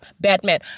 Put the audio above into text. Batman